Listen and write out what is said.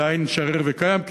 עדיין שריר וקיים,